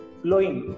flowing